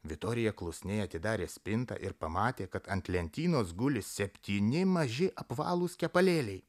vitorija klusniai atidarė spintą ir pamatė kad ant lentynos guli septyni maži apvalūs kepalėliai